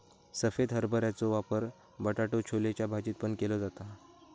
सफेद हरभऱ्याचो वापर बटाटो छोलेच्या भाजीत पण केलो जाता